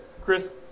Chris